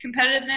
competitiveness